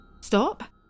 Stop